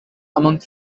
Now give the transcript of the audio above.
among